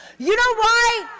you know why?